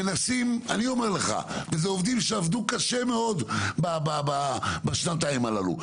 וזה עובדים שעבדו קשה מאוד בשנתיים הללו.